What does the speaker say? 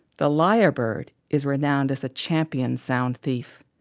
the lyrebird is renowned as a champion sound thief.